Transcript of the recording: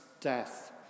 death